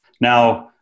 Now